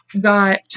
got